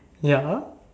ya